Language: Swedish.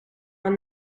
man